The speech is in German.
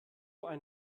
ein